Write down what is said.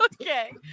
Okay